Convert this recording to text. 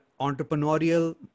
entrepreneurial